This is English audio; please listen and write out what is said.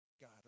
God